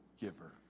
giver